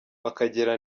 bakagera